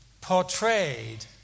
portrayed